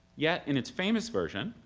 yet, in its famous version,